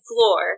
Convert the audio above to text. floor